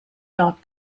not